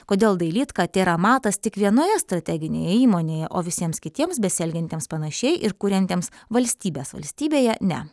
kodėl dailydka tėra matas tik vienoje strateginėje įmonėje o visiems kitiems besielgiantiems panašiai ir kuriantiems valstybės valstybėje ne